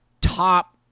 top